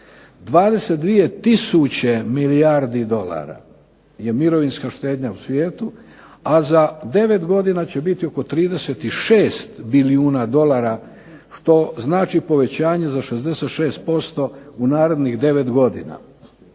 22 tisuće milijardi dolara je mirovinska štednja u svijetu, a za 9 godina će biti oko 36 bilijuna dolara. Što znači povećanje za 66% u narednih 9 godina.